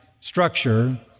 structure